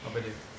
apa dia